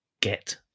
get